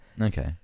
okay